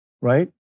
right